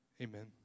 Amen